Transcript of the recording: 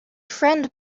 friend